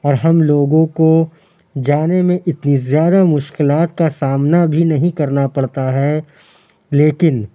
اور ہم لوگوں کو جانے میں اتنی زیادہ مشکلات کا سامنا بھی نہیں کرنا پڑتا ہے لیکن